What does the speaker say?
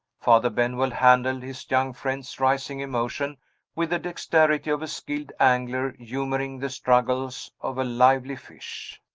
father benwell handled his young friend's rising emotion with the dexterity of a skilled angler humoring the struggles of a lively fish.